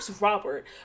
Robert